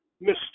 mistake